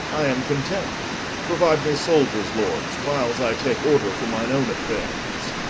i am content prouide me souldiers, lords, whiles i take order for mine owne affaires